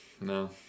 No